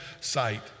sight